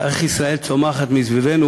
"איך ישראל צומחת מסביבנו,